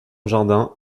jardin